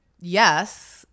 Yes